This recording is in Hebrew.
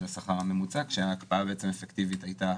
השכר הממוצע כשההקפאה האפקטיבית הייתה